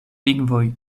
lingvoj